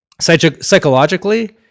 Psychologically